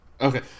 Okay